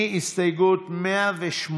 מהסתייגות 108,